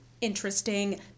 interesting